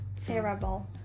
Terrible